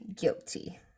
guilty